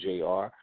JR